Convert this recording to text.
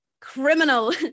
criminal